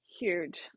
huge